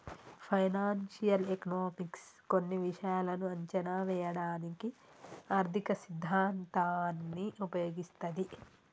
financial economics కొన్ని విషయాలను అంచనా వేయడానికి ఆర్థిక సిద్ధాంతాన్ని ఉపయోగిస్తది